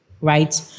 right